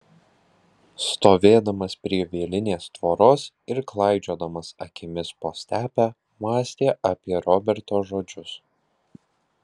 stovėdamas prie vielinės tvoros ir klaidžiodamas akimis po stepę mąstė apie roberto žodžius